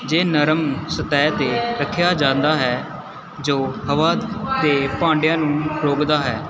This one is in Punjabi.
ਜੇ ਨਰਮ ਸਤਹਿ 'ਤੇ ਰੱਖਿਆ ਜਾਂਦਾ ਹੈ ਜੋ ਹਵਾ ਅਤੇ ਭਾਂਡਿਆਂ ਨੂੰ ਰੋਕਦਾ ਹੈ